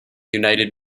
united